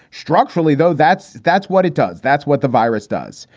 structurally, though, that's that's what it does. that's what the virus does.